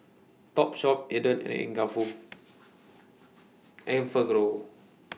Topshop Aden and Enfagrow